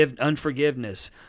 unforgiveness